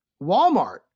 Walmart